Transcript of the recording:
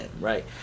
right